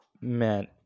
Man